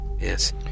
Yes